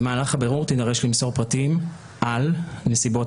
במהלך הבירור תידרש למסור פרטים אודות נסיבות